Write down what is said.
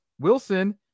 Wilson